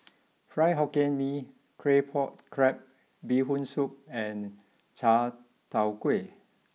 Fried Hokkien Mee Claypot Crab Bee Hoon Soup and Chai tow Kway